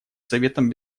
советом